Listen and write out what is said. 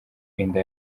inda